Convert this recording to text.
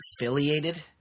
affiliated